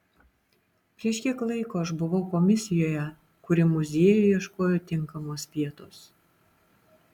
prieš kiek laiko aš buvau komisijoje kuri muziejui ieškojo tinkamos vietos